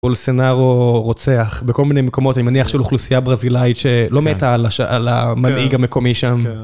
בולסנארו רוצח בכל מיני מקומות, אני מניח שלאוכלוסייה ברזילאית שלא מתה על הש... על המנהיג המקומי שם.